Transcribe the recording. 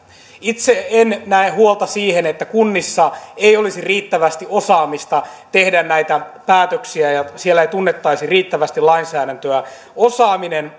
itse en näe huolta siitä että kunnissa ei olisi riittävästi osaamista tehdä näitä päätöksiä ja siellä ei tunnettaisi riittävästi lainsäädäntöä osaaminen